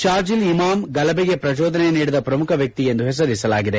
ಶಾರ್ಜಿಲ್ ಇಮಾಂ ಗಲಭೆಗೆ ಪ್ರಚೋದನೆ ನೀಡಿದ ಪ್ರಮುಖ ವ್ಯಕ್ತಿ ಎಂದು ಹೆಸರಿಸಲಾಗಿದೆ